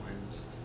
wins